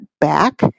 back